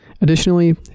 Additionally